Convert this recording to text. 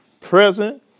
present